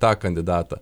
tą kandidatą